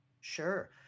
Sure